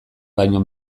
baino